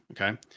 okay